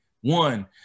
one